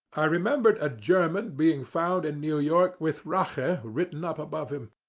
i remembered a german being found in new york with rache written up above him,